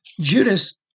judas